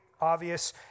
obvious